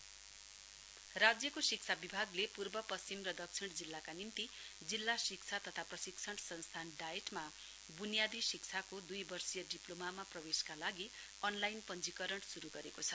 education राज्यको शिक्षा विभागले पूर्व पश्चिम र दक्षिण जिल्लाका निम्ति जिल्ला शिक्षा तथा प्रशिक्षण संस्थान डाइट मा बुनियादी शिक्षाको दुई वर्षीय डिप्लोमामा प्रवेशका लागि अनलाइन पञ्जीकरण शुरू गरेको छ